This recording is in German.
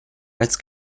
als